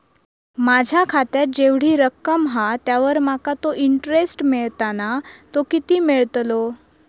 माझ्या खात्यात जेवढी रक्कम हा त्यावर माका तो इंटरेस्ट मिळता ना तो किती मिळतलो?